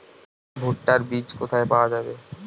ভুট্টার বিজ কোথায় পাওয়া যাবে?